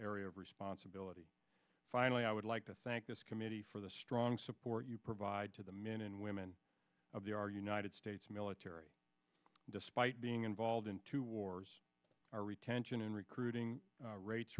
area of responsibility finally i would like to thank this committee for the strong support you provide to the min and women of the our united states military despite being involved in two wars our retention and recruiting rates